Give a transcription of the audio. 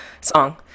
song